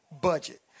budget